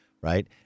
Right